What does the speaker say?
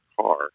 car